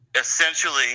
essentially –